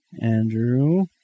Andrew